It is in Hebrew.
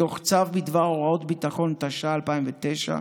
מתוך צו בדבר הוראות ביטחון, התש"ע 2009,